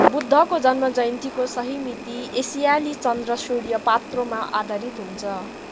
बुद्धको जन्मजयन्तीको सही मिति एसियाली चन्द्र सूर्य पात्रोमा आधारित हुन्छ